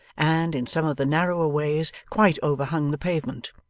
and, in some of the narrower ways, quite overhung the pavement.